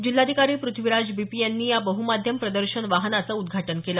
जिल्हाधिकारी Prithviraj B P यांनी या बहुमाध्यम प्रदर्शन वाहनाचं उद्घाटन केलं